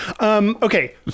Okay